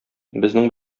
безнең